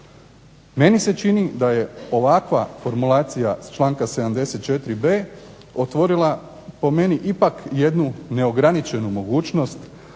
Meni se čini da je ovakva formulacija članka 74b. otvorila po meni ipak jednu neograničenu mogućnost